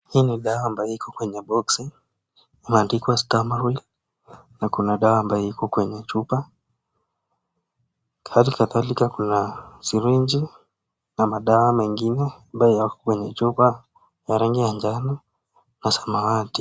Hii ni dawa ambayo iko kwenye boksi imeandikwa stammerwill na kuna dawa ambayo iko kwenye chupa halikadhalika kuna sirinji na madawa mengine ambayo yako kwenye chupa ya rangi ya njano na samawati.